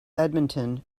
edmonton